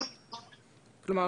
כלומר,